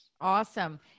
Awesome